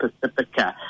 Pacifica